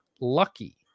lucky